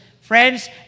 Friends